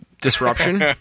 disruption